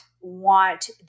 want